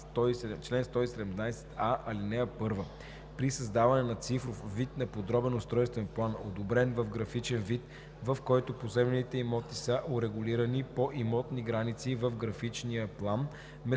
„Чл. 117а. (1) При създаване на цифров вид на подробен устройствен план, одобрен в графичен вид, в който поземлените имоти са урегулирани по имотни граници в графичния план,